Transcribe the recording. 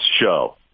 show